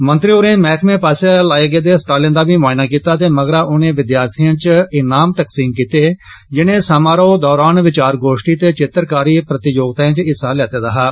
मंत्री होरें मैहकमे पास्सेआ लाए गेदे स्टालें दा बी मुआयना कीता ते मगरा उने विद्यार्थिएं च इनाम तक्सीम कीते जिनें समारोह दौरान विचार गोष्ठी ते चित्रकारी प्रतियोगिताएं च हिस्सा लैता हा